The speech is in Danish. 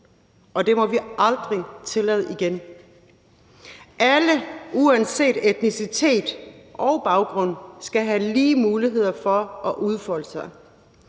og det må vi aldrig tillade igen. Alle uanset etnicitet og baggrund skal have lige muligheder for at udfolde sig.